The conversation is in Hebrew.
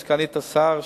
עם סגנית השר,